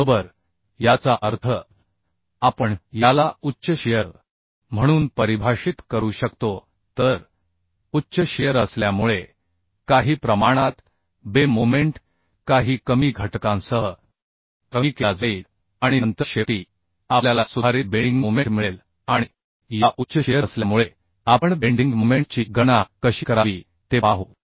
बरोबर याचा अर्थ आपण याला उच्च शिअर म्हणून परिभाषित करू शकतो तर उच्च शिअर असल्यामुळे काही प्रमाणात बे मोमेंट काही कमी घटकांसह कमी केला जाईल आणि नंतर शेवटी आपल्याला सुधारित बेंडिंग मोमेंट मिळेल आणि या उच्च शिअर असल्यामुळे आपण बेंडिंग मोमेंट ची गणना कशी करावी ते पाहू